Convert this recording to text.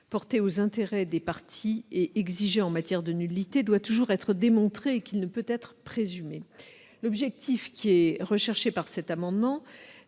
porté aux intérêts des parties et exigé en matière de nullité doit toujours être démontré et qu'il ne peut être présumé. L'objet de cet amendement